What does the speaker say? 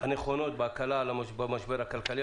הנכונות בהקלה במשבר הכלכלי.